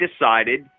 decided